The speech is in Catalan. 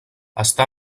està